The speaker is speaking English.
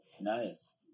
nice